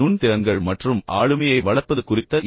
நுண் திறன்கள் மற்றும் ஆளுமையை வளர்ப்பது குறித்த என்